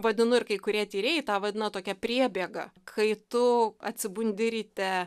vadinu ir kai kurie tyrėjai tą vadina tokia priebėga kai tu atsibundi ryte